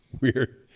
weird